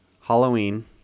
Halloween